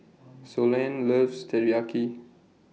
Sloane loves Teriyaki